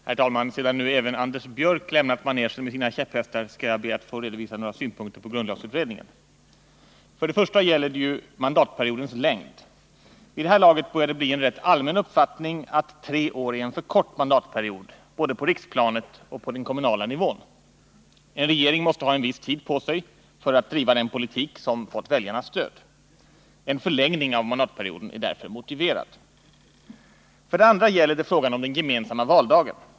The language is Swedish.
Herr talman! Sedan nu även Anders Björck lämnat manegen med sina käpphästar skall jag be att få redovisa några synpunkter på grundlagsutredningen. För det första gäller det mandatperiodens längd. Vid det här laget börjar det bli en rätt allmän uppfattning att tre år är en alltför kort mandatperiod, Nr 51 både på riksplanet och på den kommunala nivån. En regering måste ha en Torsdagen den viss tid på sig för att driva den politik som den har fått väljarnas stöd för. En 13 december 1979 förlängning av mandatperioden är därför motiverad. För det andra gäller det frågan om den gemensamma valdagen.